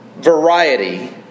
variety